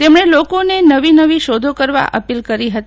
તેમણે લોકોને નવી નવી શોધો કરવા અપીલ કરી હતી